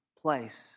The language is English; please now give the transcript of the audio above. place